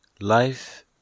Life